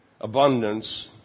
abundance